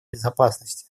безопасности